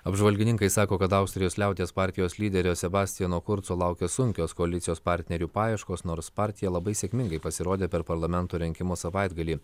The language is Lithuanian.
apžvalgininkai sako kad austrijos liaudies partijos lyderio sebastiano kurco laukia sunkios koalicijos partnerių paieškos nors partija labai sėkmingai pasirodė per parlamento rinkimų savaitgalį